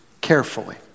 carefully